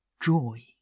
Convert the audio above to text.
joy